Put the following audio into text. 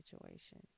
situation